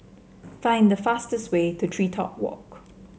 find the fastest way to TreeTop Walk